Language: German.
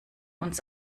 uns